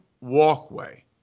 walkway